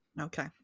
okay